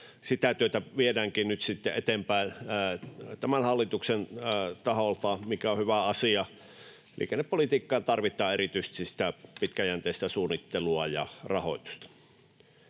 sitä työtä viedäänkin nyt eteenpäin tämän hallituksen taholta, mikä on hyvä asia. Liikennepolitiikkaan tarvitaan erityisesti pitkäjänteistä suunnittelua ja rahoitusta.